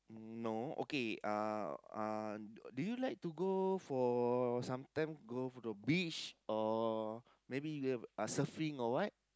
no okay uh uh do you like to go for sometime go for the beach or maybe you have uh surfing or what